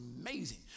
amazing